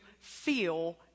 feel